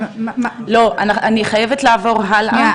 אני חייבת לעבור הלאה.